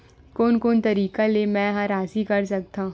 कोन कोन तरीका ले मै ह राशि कर सकथव?